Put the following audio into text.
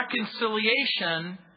reconciliation